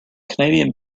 canadian